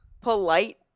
polite